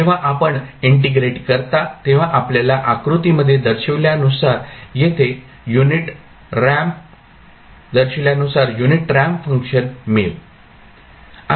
जेव्हा आपण इंटिग्रेट करता तेव्हा आपल्याला आकृतीमध्ये दर्शविल्यानुसार युनिट रॅम्प फंक्शन मिळेल